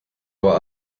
aber